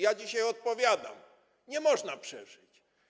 Ja dzisiaj odpowiadam: Nie można przeżyć.